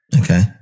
Okay